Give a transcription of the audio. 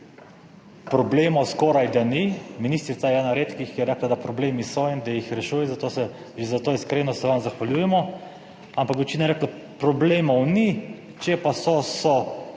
problemov skoraj da ni, ministrica je ena redkih, ki je rekla, da problemi so in da jih rešuje, zato se, že za to iskreno se vam zahvaljujemo, ampak večina je rekla, problemov ni, če pa so, so